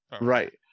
right